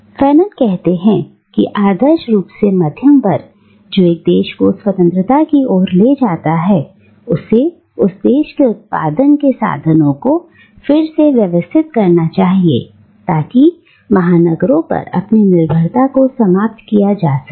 अब फैनोन कहते हैं कि आदर्श रूप से मध्यम वर्ग जो एक देश को स्वतंत्रता की ओर ले जाता है उसे उस देश के उत्पादन के साधनों को फिर से व्यवस्थित करना चाहिए ताकि महानगरों पर अपनी निर्भरता को समाप्त किया जा सके